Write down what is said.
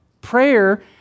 Prayer